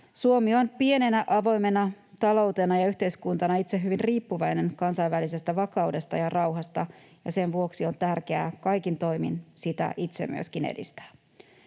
Suomi on itse pienenä, avoimena taloutena ja yhteiskuntana hyvin riippuvainen kansainvälisestä vakaudesta ja rauhasta, ja sen vuoksi on tärkeää kaikin toimin sitä itse myöskin edistää.